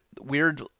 weird